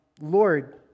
Lord